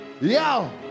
Yo